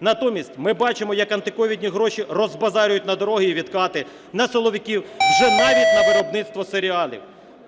Натомість ми бачимо, як антиковідні гроші розбазарюють на дороги і відкати, на силовиків, вже навіть на виробництво серіалів.